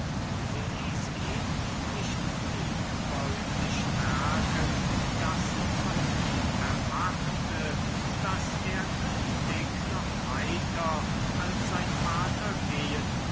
sie ließ ihn nicht undeutlich merken daß sie von ihm erwarte daß er künftig noch weiter als sein vater gehen